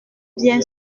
bien